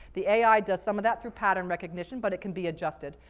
the ai does some of that through pattern recognition, but it can be adjusted.